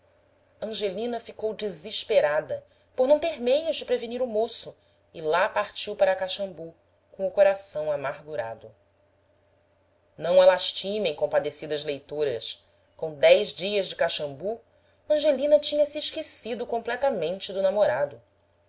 angelina ficou desesperada por não ter meios de prevenir o moço e lá partiu para caxambu com o coração amargurado não a lastimem compadecidas leitoras com dez dias de caxambu angelina tinha se esquecido completam ente do namorado